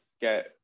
get